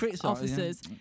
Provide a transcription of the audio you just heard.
officers